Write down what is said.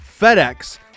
FedEx